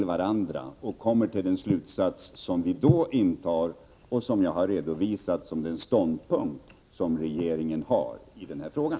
Vi har genom en samlad bedömning kommit fram till den slutsats som jag har redovisat som regeringens ståndpunkt i den här frågan.